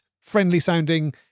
friendly-sounding